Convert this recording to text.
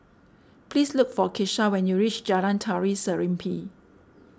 please look for Kesha when you reach Jalan Tari Serimpi